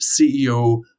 CEO